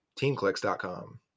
teamclicks.com